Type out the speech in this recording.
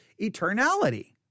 eternality